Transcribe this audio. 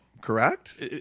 correct